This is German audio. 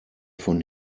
von